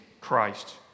Christ